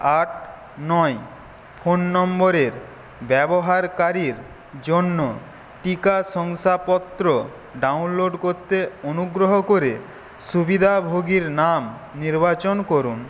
আট নয় ফোন নম্বরের ব্যবহারকারীর জন্য টিকা শংসাপত্র ডাউনলোড করতে অনুগ্রহ করে সুবিধাভোগীর নাম নির্বাচন করুন